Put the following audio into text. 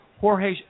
Jorge